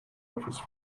office